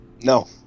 No